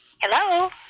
Hello